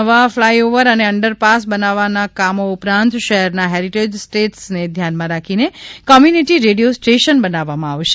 નવા flyover અને underpass બનાવવાના કામો ઉપરાંત શહેરના હેરિટેજ સ્ટેટ્સને ધ્યાનમાં રાખીને કોમ્યુનિટી રેડિયો સ્ટેશન બનાવવામાં આવશે